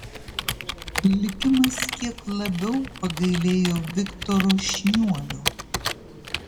likimas kiek labiau pagailėjo viktoro šniuolio